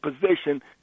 position –